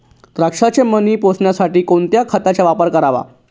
द्राक्षाचे मणी पोसण्यासाठी कोणत्या खताचा वापर करावा?